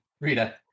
Rita